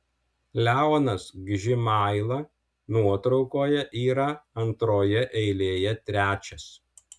leonas gžimaila nuotraukoje yra antroje eilėje trečias